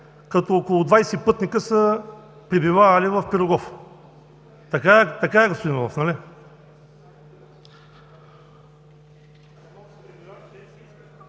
като около 20 пътника са пребивавали в „Пирогов“. Така е, господин Иванов, нали?